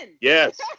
yes